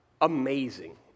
amazing